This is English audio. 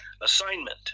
assignment